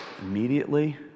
immediately